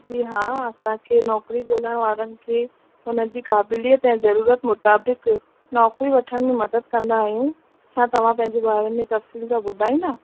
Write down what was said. जी हा असांखे नौकरी ॻोल्हणु वारनि खे उनजी क़ाबिलियत ऐं ज़रूरत मुताबिक नौकरी वढण में मदद कंदा आहियूं छा तव्हां पंहिंजे बारे में तफ़सील सां ॿुधाईंदा